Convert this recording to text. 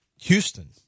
Houston